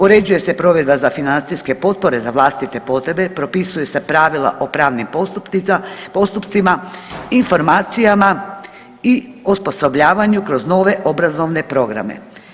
Uređuje se provedba za financijske potpore za vlastite potrebe, propisuju se pravila o pravnim postupcima, informacijama i osposobljavanju kroz nove obrazovne programe.